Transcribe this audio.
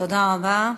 תודה רבה.